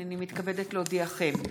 הינני מתכבדת להודיעכם,